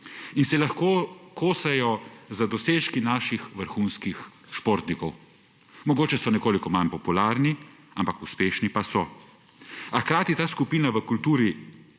in se lahko kosajo z dosežki naših vrhunskih športnikov. Mogoče so nekoliko manj popularni, ampak uspešni pa so. A hkrati je ta skupina v kulturi